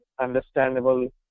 understandable